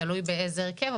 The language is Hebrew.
תלוי באיזה הרכב,